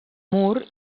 mur